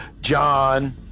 John